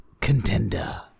contender